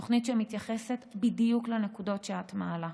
תוכנית שמתייחסת בדיוק לנקודות שאת מעלה.